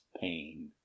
pain